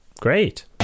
Great